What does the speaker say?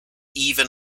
even